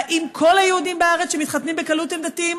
האם כל היהודים בארץ שמתחתנים בקלות הם דתיים?